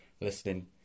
listening